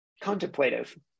contemplative